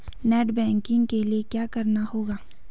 Net banking के लिए क्या करना होगा?